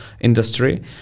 industry